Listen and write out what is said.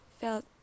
felt